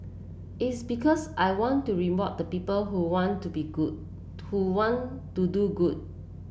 it's because I want to reward the people who want to be good who want to do good